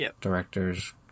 directors